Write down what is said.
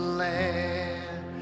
land